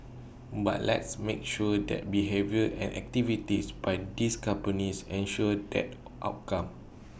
but let's make sure that behaviours and activities by these companies ensure that outcome